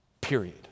Period